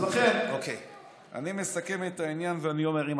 לכן אני מסכם את העניין ואני אומר, תודה.